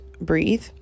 breathe